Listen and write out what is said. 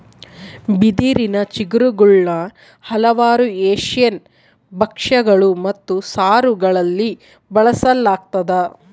ಬಿದಿರಿನ ಚಿಗುರುಗುಳ್ನ ಹಲವಾರು ಏಷ್ಯನ್ ಭಕ್ಷ್ಯಗಳು ಮತ್ತು ಸಾರುಗಳಲ್ಲಿ ಬಳಸಲಾಗ್ತದ